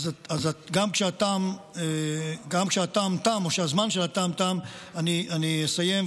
אז גם כשהטעם תם או כשהזמן של הטעם תם, אני אסיים.